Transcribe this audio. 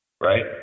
right